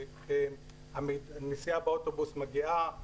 שהנסיעה באוטובוס מגיעה,